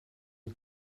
une